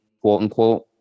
quote-unquote